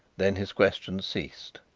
then his questions ceased.